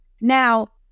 Now